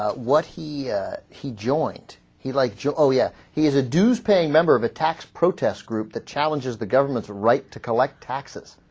ah what he he joint he'd like to olya he's a doomsday member of a tax protest group the challenges the government's right to collect taxes